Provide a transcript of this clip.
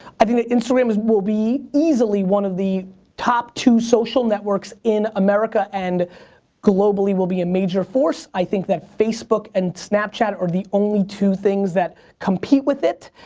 i think that instagram will be easily one of the top two social networks in america and globally will be a major force. i think that facebook and snapchat are the only two things that compete with it.